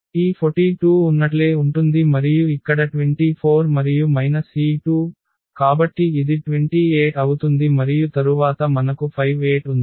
ఈ 42 ఉన్నట్లే ఉంటుంది మరియు ఇక్కడ 24 మరియు ఈ 2 కాబట్టి ఇది 28 అవుతుంది మరియు తరువాత మనకు 58 ఉంది